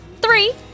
three